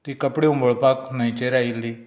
ती कपडे उमळपाक न्हंयचेर आयिल्ली